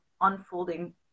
unfolding